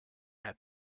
had